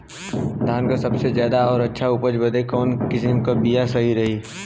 धान क सबसे ज्यादा और अच्छा उपज बदे कवन किसीम क बिया सही रही?